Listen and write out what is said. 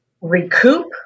recoup